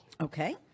Okay